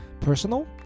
personal